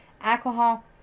alcohol